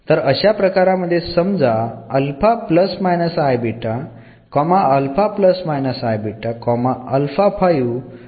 तर अशा प्रकारामध्ये समजा रूट्स हे असे आहेत